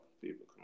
people